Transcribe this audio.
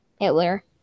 Hitler